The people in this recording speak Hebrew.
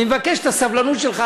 אני מבקש את הסבלנות שלך,